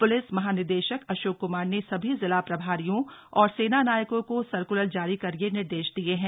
police महानिदेशक अशोक कुमार ने सभी जिला प्रभारियों और सेनानायकों को सर्कल्र जारी कर यह निर्देश दिये हैं